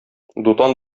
дутан